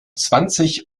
zwanzig